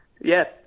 Yes